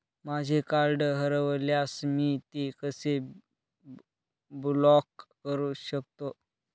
माझे कार्ड हरवल्यास मी ते कसे ब्लॉक करु शकतो?